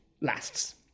lasts